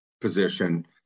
position